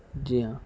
جی ہاں